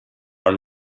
are